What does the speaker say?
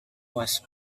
was